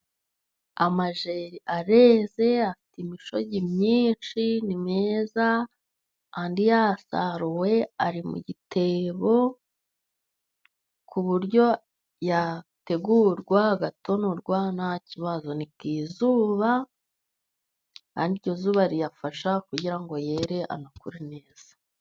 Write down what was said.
Amajeri areze afite imishogi myinshi, ni meza andi yasaruwe ari mu gitebo ku buryo yategurwa agatonorwa nta kibazo. Ni ku izuba ariko iryo zuba riyafasha kugira ngo yere anakure neza.